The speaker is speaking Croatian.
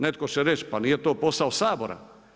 Netko će reći, pa nije to posao Sabora.